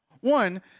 One